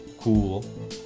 cool